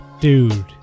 Dude